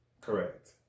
Correct